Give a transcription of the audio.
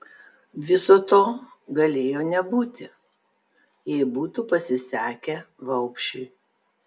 viso to galėjo nebūti jei būtų pasisekę vaupšui